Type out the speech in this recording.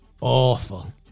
awful